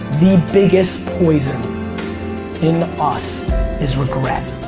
the biggest poison in us is regret.